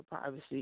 privacy